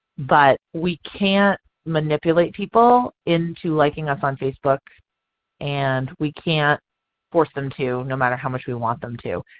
but we can't manipulate people into liking us on facebook and we can't force them to no matter how much we want them to.